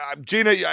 Gina